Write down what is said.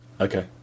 Okay